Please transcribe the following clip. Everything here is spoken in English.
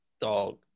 Dog